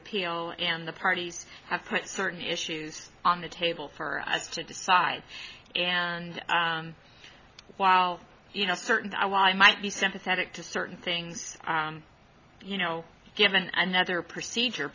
appeal and the parties have put certain issues on the table for us to decide and while you know certain i why i might be sympathetic to certain things you know given another procedure